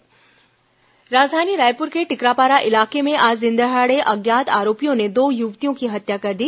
हत्या राजधानी रायपुर के टिकरापारा इलाके में आज दिनदहाड़े अज्ञात आरोपियों ने दो युवतियों की हत्या कर दी